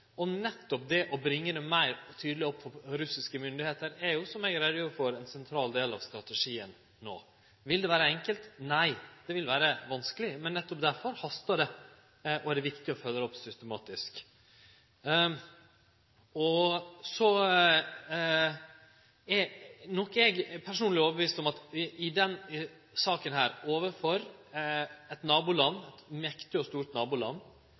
og på politisk nivå. Nettopp det å ta saka opp på ein meir tydeleg måte overfor russiske styresmakter er ein sentral del av strategien no. Vil det vere enkelt? Nei, det vil vere vanskeleg, men nettopp derfor hastar det, og det er viktig å følgje det opp systematisk. Så er eg personleg overtydd om at i denne saka, overfor eit mektig og stort naboland